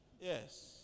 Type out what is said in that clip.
Yes